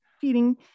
feeding